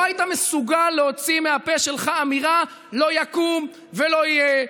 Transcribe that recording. לא היית מסוגל להוציא מהפה שלך אמירה: לא יקום ולא יהיה,